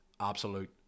absolute